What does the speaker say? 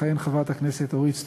תכהן חברת הכנסת אורית סטרוק,